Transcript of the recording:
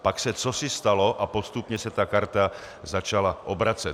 Pak se cosi stalo a postupně se karta začala obracet.